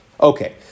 Okay